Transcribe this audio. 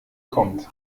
kommt